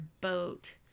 boat